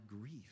grief